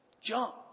jump